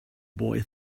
boy